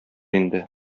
инде